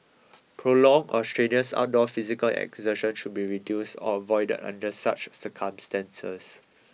prolonged or strenuous outdoor physical exertion should be reduced or avoided under such circumstances